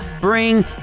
bring